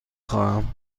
خواهم